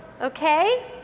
okay